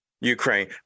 Ukraine